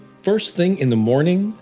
first thing in the morning,